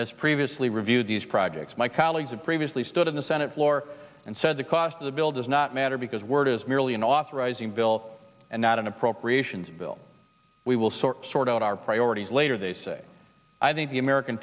as previously reviewed these projects my colleagues have previously stood in the senate floor and said the cost of the bill does not matter because word is merely an authorizing bill and not an appropriations bill we will sort out our priorities later they say i think the american